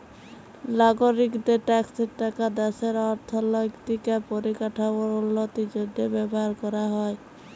লাগরিকদের ট্যাক্সের টাকা দ্যাশের অথ্থলৈতিক আর পরিকাঠামোর উল্লতির জ্যনহে ব্যাভার ক্যরা হ্যয়